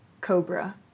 cobra